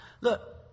Look